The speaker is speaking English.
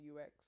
UX